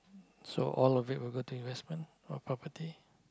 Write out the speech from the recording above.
so all of it will go to investment or property